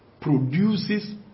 produces